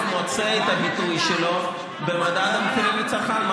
מוצא את הביטוי שלו במדד המחירים לצרכן.